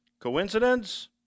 Coincidence